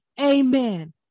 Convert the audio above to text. amen